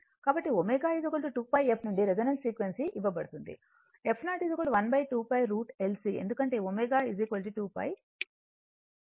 కాబట్టి ω 2 pi f నుండి resonance frequency ఇవ్వబడుతుంది f0 12 pi√ L C ఎందుకంటే ω 2 pi f